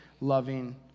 loving